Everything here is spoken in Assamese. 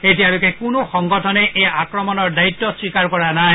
এতিয়ালৈকে কোনো সংগঠনে এই আক্ৰণৰ দায়িত্ স্বীকাৰ কৰা নাই